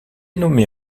nommés